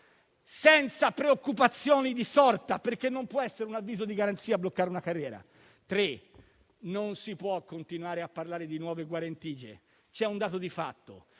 senza preoccupazioni di sorta, perché un avviso di garanzia non può bloccare una carriera; non si può continuare a parlare di nuove guarentigie. C'è un dato di fatto: